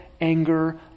anger